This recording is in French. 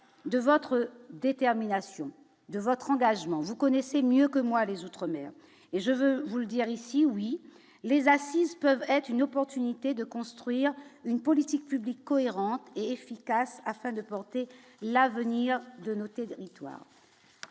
de votre détermination de votre engagement, vous connaissez mieux que moi les outre-mer et je veux vous le dire ici, oui, les assises peuvent être une opportunité de construire une politique publique cohérente et efficace afin de porter l'avenir de noter territoire.